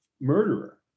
murderer